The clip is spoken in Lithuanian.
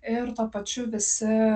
ir tuo pačiu visi